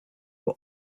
but